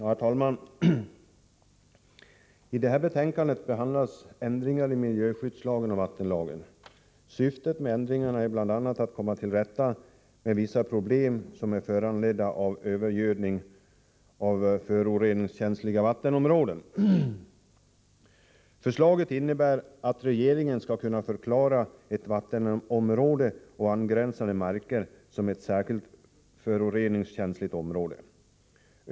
Herr talman! I detta betänkande behandlas förslag om ändringar i miljöskyddslagen och vattenlagen. Syftet med ändringarna är bl.a. att komma till rätta med vissa problem som är föranledda av övergödning av föroreningskänsliga vattenområden. Förslaget innebär att regeringen skall kunna förklara ett vattenområde och angränsande marker som ett särskilt föroreningskänsligt område.